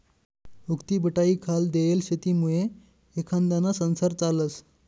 उक्तीबटाईखाल देयेल शेतीमुये एखांदाना संसार चालस